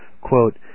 quote